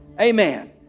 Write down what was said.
Amen